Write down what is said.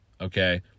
Okay